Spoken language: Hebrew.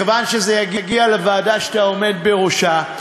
מכיוון שזה יגיע לוועדה שאתה עומד בראשה.